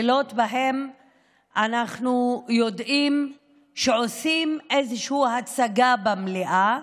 לילות שבהם אנחנו יודעים שעושים איזושהי הצגה במליאה,